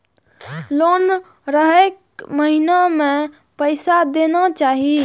Loan हरेक महीना में पैसा देना चाहि?